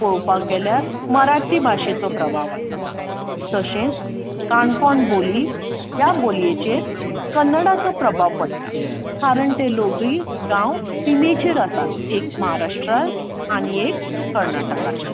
पळोपाक गेल्यार मराठी भाशेचो प्रभाव आसा तशेंच काणकोण बोली ह्या बोलयेचेर कन्नडाचो प्रभाव पडटा कारण ते लोकय गांव शिमेचेर आसा एक महाराष्ट्रा आनी एक कर्नाटकाच्या